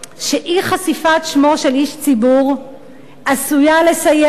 שאי-חשיפת שמו של איש ציבור עשויה לסייע לו